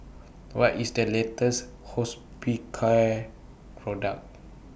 What IS The latest Hospicare Product